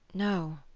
no,